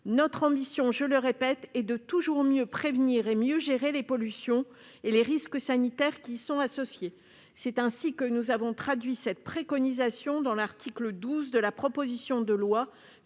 Notre ambition, je le répète, est de toujours mieux prévenir et gérer les pollutions, ainsi que les risques sanitaires qui y sont associés. Nous avons traduit cette préconisation dans l'article 12 de la proposition de loi